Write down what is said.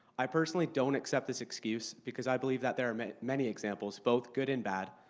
i personally don't accept this excuse because i believe that there are many many examples, both good and bad,